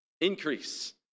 increase